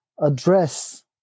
address